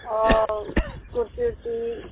और कुर्ती वुरती